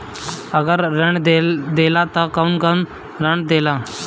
अगर ऋण देला त कौन कौन से ऋण देला?